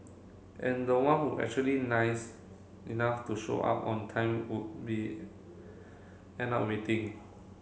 and the one who actually nice enough to show up on time would be end up waiting